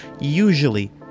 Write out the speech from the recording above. usually